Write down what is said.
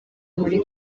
muri